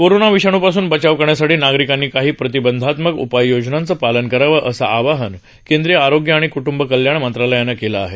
corona विषाणूपासून बचाव करण्यासाठी नागरिकांनी काही प्रतिबंधात्मक उपाययोजनांचं पालन करावं असं आवाहन केंद्रीय आरोग्य आणि कुटुंब कल्याण मंत्रालयानं केलं आहे